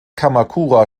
kamakura